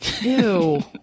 Ew